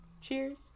Cheers